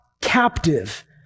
captive